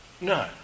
No